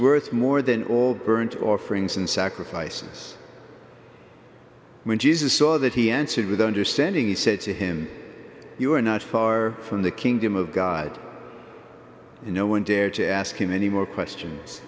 worth more than all burnt offerings and sacrifices when jesus saw that he answered with understanding he said to him you are not far from the kingdom of god and no one dared to ask him any more questions